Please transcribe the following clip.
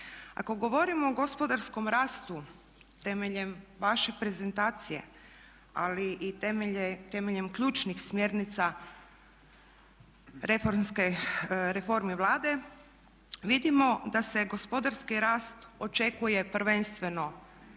Ako govorimo o gospodarskom rastu temeljem vaše prezentacije ali i temeljem ključnih smjernica reforme Vlade vidimo da se gospodarski rast očekuje prvenstveno